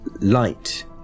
light